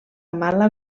mala